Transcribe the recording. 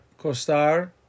costar